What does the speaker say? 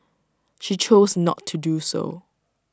she chose not to do so